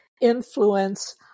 influence